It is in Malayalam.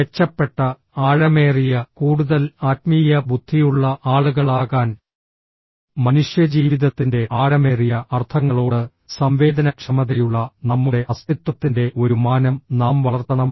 മെച്ചപ്പെട്ട ആഴമേറിയ കൂടുതൽ ആത്മീയ ബുദ്ധിയുള്ള ആളുകളാകാൻ മനുഷ്യജീവിതത്തിന്റെ ആഴമേറിയ അർത്ഥങ്ങളോട് സംവേദനക്ഷമതയുള്ള നമ്മുടെ അസ്തിത്വത്തിന്റെ ഒരു മാനം നാം വളർത്തണം